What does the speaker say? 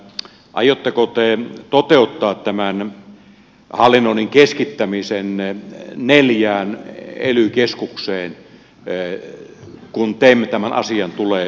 aiotteko te toteuttaa tämän hallinnoinnin keskittämisen neljään ely keskukseen kun tem tämän asian tulee päättämään